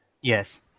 Yes